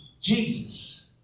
Jesus